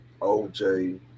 OJ